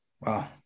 Wow